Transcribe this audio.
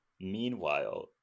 Meanwhile